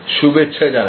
শুভেচ্ছা জানাই